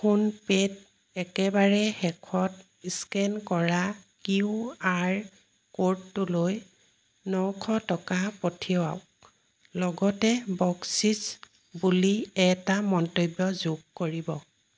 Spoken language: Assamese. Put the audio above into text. ফোনপে'ত একেবাৰে শেষত স্কেন কৰা কিউ আৰ ক'ডটোলৈ নশ টকা পঠিয়াওক লগতে বকচিচ বুলি এটা মন্তব্য যোগ কৰিব